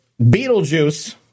Beetlejuice